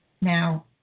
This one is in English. now